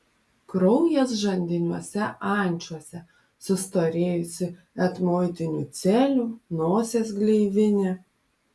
kraujas žandiniuose ančiuose sustorėjusi etmoidinių celių nosies gleivinė